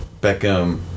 Beckham